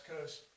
coast